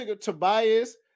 Tobias